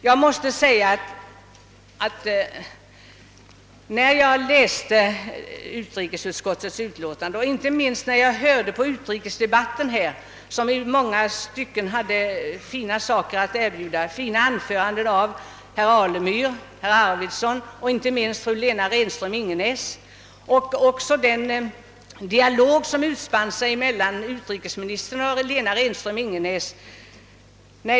Jag har med intresse läst utrikesutskottets utlåtande och lyssnat på utrikesdebatten, som i många stycken hade mycket gott att erbjuda. Det var bra anföranden av herrar Alemyr och Arvidson och inte minst av fru Renström Ingenäs, och det utspann sig en dialog mellan utrikesministern och fru Renström-Ingenäs.